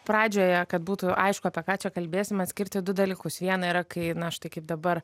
pradžioje kad būtų aišku apie ką čia kalbėsime atskirti du dalykus viena yra kai na štai kaip dabar